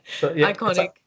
iconic